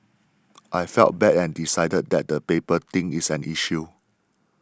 I felt bad and decided that the paper thing is an issue